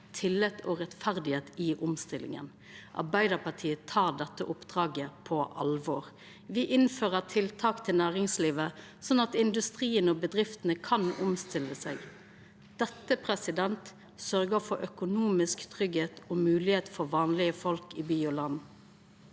tillit og rettferd i omstillinga. Arbeidarpartiet tek dette oppdraget på alvor. Me innfører tiltak for næringslivet, slik at industrien og bedriftene kan omstilla seg. Dette sørgjer for økonomisk tryggleik og moglegheit for vanlege folk i by og land.